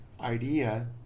idea